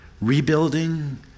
rebuilding